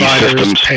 systems